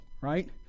Right